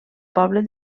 poble